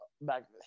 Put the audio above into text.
back